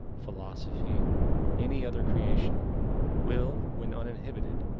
philosophy or any other creation will, when uninhibited,